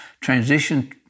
transition